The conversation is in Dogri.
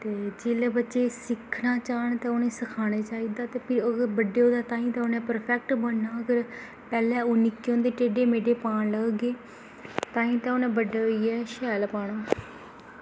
ते जिसलै बच्चे सिक्खना चाह्न ते उ'नें गी सिखाना चाहिदा ते फिर बड्डे होइयै परफेक्ट बनना पैह्लें ओह् निक्के होंदे टेढ़े मेढ़े पान लग्गे ताहीं उ'नें बड्डे होइयै शैल पाना